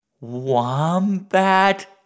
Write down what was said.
wombat